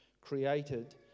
created